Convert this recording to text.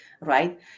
Right